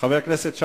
חבר הכנסת שאמה,